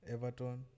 Everton